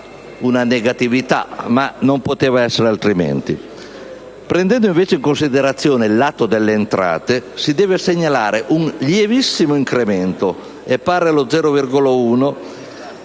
una negatività, ma non poteva essere altrimenti. Prendendo invece in considerazione il lato delle entrate, si deve segnalare un lievissimo incremento, pari allo 0,1